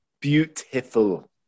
Beautiful